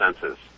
senses